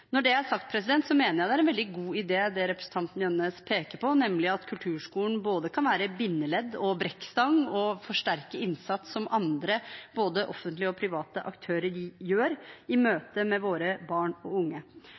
Når det er sagt, mener jeg det er en veldig god idé representanten Jønnes peker på, nemlig at kulturskolen kan være både bindeledd og brekkstang og forsterke innsats som andre både offentlige og private aktører gjør i møte med våre barn og unge.